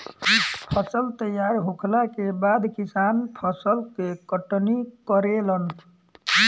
फसल तैयार होखला के बाद किसान फसल के कटनी करेलन